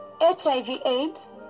HIV-AIDS